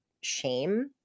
shame